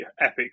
Epic